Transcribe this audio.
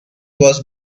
was